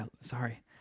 Sorry